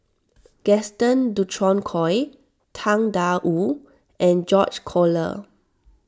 Gaston Dutronquoy Tang Da Wu and George Collyer